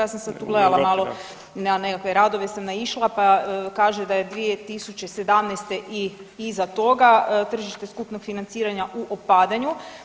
Ja sam sada tu gledala malo, na nekakve radove sam naišla pa kaže da je 2017. i iza toga tržište skupnog financiranja u opadanju.